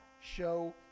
show